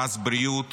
מס בריאות